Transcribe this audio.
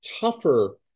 tougher